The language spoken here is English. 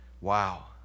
Wow